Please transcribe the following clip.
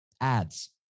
ads